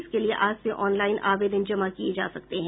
इसके लिए आज से ऑनलाईन आवेदन जमा किये जा सकते है